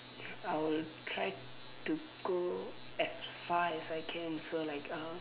I will try to go as far as I can so like uh